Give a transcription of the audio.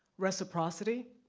reciprocity.